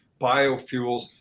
biofuels